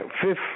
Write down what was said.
Fifth